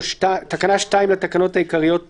3. תקנה 2 - לתקנות העיקריות - בטלה.